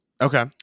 Okay